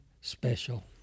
special